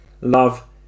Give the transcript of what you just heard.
love